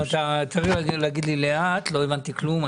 אתה צריך להגיד לי את זה לאט כי לא הבנתי כלום.